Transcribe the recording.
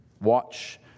Watch